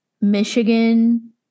Michigan